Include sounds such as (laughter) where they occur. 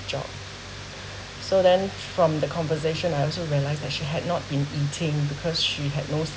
job (breath) so then from the conversation I also realized that she had not been eating because she had no